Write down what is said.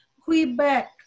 Quebec